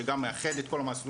שגם מאחד את כל המסלולים,